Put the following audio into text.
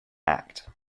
act